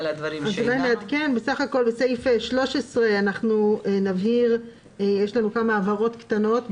בתקנה 13 יש לנו כמה הבהרות קטנות.